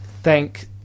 thank